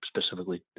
specifically